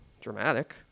dramatic